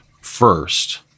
first